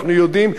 אנחנו יודעים,